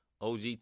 OG